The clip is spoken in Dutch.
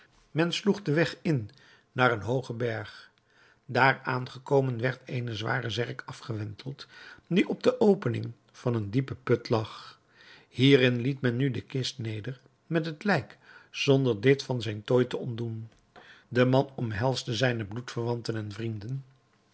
men sloeg den weg in naar een hoogen berg daar aangekomen werd eene zware zerk afgewenteld die op de opening van een diepen put lag hierin liet men nu de kist neder met het lijk zonder dit van zijn tooi te ontdoen de man omhelsde zijne bloedverwanten en vrienden